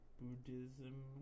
Buddhism